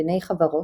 דיני חברות,